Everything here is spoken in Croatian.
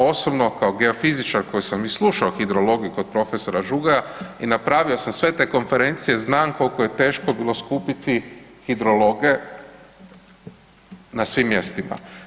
Osobno kao geofiziačar koji sam i slušao hidrologiju kod profesora Žugaja i napravio sam sve te konferencije znam koliko je teško bilo skupiti hidrologe na svim mjestima.